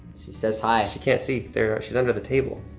she says, hi. she can't see there, she's under the table.